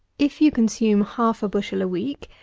if you consume half a bushel a week,